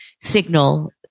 signal